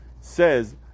says